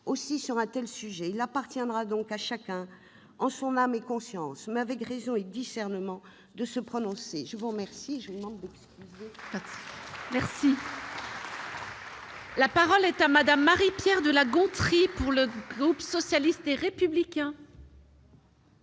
Aussi, sur un tel sujet, il appartiendra à chacun, en son âme et conscience, mais avec raison et discernement, de se prononcer. La parole